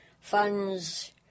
funds